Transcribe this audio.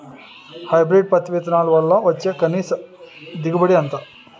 Hybrid పత్తి విత్తనాలు వల్ల వచ్చే కనీస దిగుబడి ఎంత?